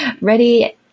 Ready